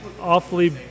awfully